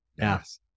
Yes